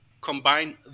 combine